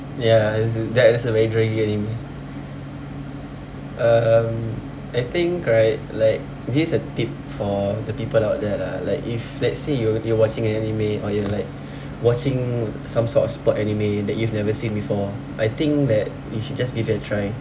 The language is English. ya there that is a draggy anime um I think right like this is a tip for the people out there lah like if let's say you you watching anime or you're like watching some sort of sport anime that you've never seen before I think that you should just give it a try